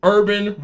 Urban